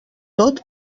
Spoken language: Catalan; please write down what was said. tot